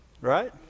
Right